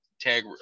tag